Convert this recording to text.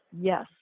Yes